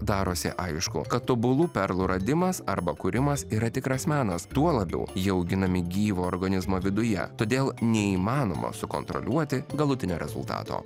darosi aišku kad tobulų perlų radimas arba kūrimas yra tikras menas tuo labiau jie auginami gyvo organizmo viduje todėl neįmanoma sukontroliuoti galutinio rezultato